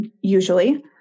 usually